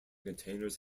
containers